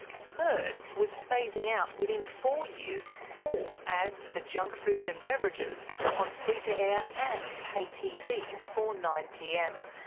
a third was phasing out within four years all ads for junk food and beverages on free-to-air and pay tv before nine pm.